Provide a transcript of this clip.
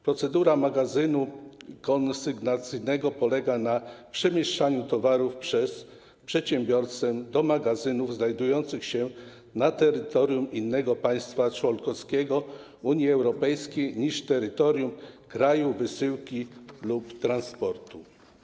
Procedura magazynu konsygnacyjnego polega na przemieszczaniu towarów przez przedsiębiorcę do magazynów znajdujących się na terytorium innego państwa członkowskiego Unii Europejskiej niż terytorium kraju wysyłki lub transportu.